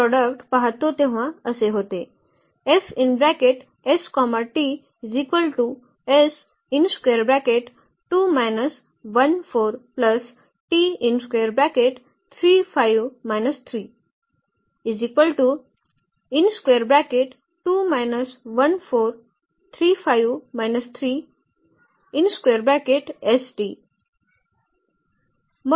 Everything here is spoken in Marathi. म्हणून जेव्हा आम्ही येथे हे प्रॉडक्ट पाहतो तेव्हा असे होते